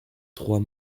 trois